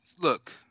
look